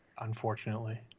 Unfortunately